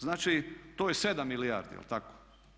Znači to je 7 milijardi, je li tako?